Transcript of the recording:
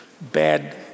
bad